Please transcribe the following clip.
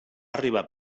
arribar